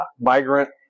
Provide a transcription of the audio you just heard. migrant